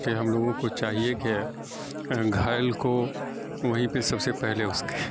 کہ ہم لوگوں کو چاہیے کہ گھائل کو وہیں پہ سب سے پہلے اس کے